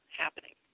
happening